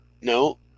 no